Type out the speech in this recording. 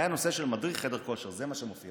היה נושא של מדריך חדר כושר, זה מה שמופיע.